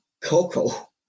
Coco